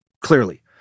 Clearly